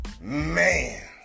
Man